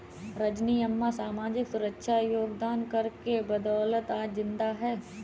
रजनी अम्मा सामाजिक सुरक्षा योगदान कर के बदौलत आज जिंदा है